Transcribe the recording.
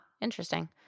Interesting